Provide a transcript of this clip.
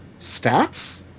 stats